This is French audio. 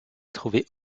trouvé